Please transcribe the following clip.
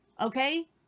Okay